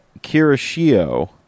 Kirishio